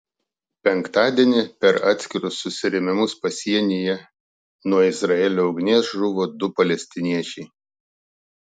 penktadienį per atskirus susirėmimus pasienyje nuo izraelio ugnies žuvo du palestiniečiai